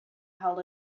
held